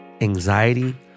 anxiety